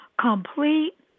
complete